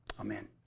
Amen